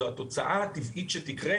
זאת התוצאה הטבעית שתקרה,